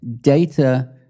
Data